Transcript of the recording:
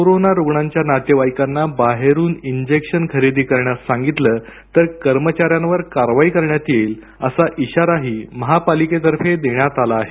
corona रुग्णांच्या नातेवाईकांना बाहेरुन इंजेक्शन खरेदी करण्यास सांगितलं तर कर्मचाऱ्यांवर कारवाई करण्यात येईल असा इशाराही महापालिकेतर्फे देण्यात आला आहे